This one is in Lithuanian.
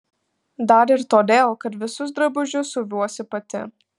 dar ir todėl kad visus drabužius siuvuosi pati